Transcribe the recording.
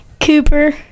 Cooper